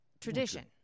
tradition